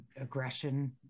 aggression